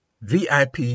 VIP